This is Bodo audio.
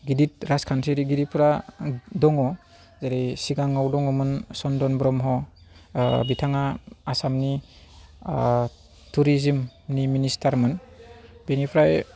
गिदिर राजखान्थियारिगिरिफोरा दङ जेरै सिगाङाव दङमोन चन्दन ब्रह्म बिथाङा आसामनि टुरिजोमनि मिनिस्टारमोन बेनिफ्राय